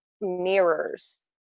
mirrors